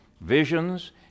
visions